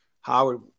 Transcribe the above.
Howard